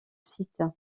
site